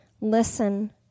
Listen